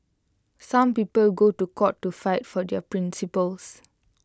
some people go to court to fight for their principles